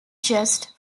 just